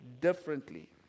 differently